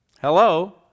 hello